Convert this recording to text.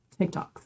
TikToks